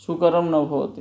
सुकरं न भवति